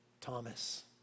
Thomas